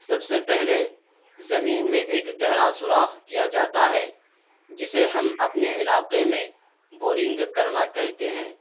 سب سے پہلے زمین میں ایک گہرا سوراخ کیا جاتا ہے جسے ہم اپنے علاقے میں بورنگ کرنا کہتے ہیں